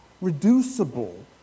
reducible